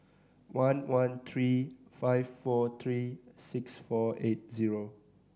one one three five four three six four eight zero